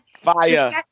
fire